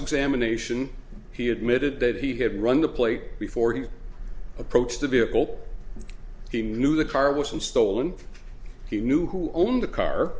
examination he admitted that he had run the plate before he approached the vehicle he knew the car was stolen he knew who owned the car